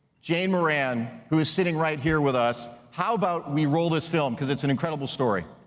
jane moran, who is sitting right here with us. how about we roll this film cuz it's an incredible story?